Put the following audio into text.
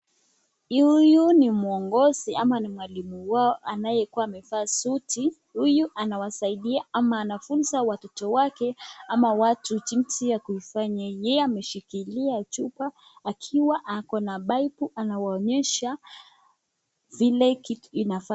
Yuyu ni mwongozi au mwalimu wao anaye kuwa amevaa suti. Huyu anawasaidia ama anafunzwa watoto wake ama watu jinzi ya kuhifanya . Yeye ameshikilia chupa akiwa ako na baibu anawaonesha vile kitu anfanywa.